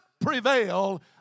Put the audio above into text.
prevail